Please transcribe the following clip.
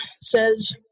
says